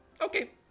Okay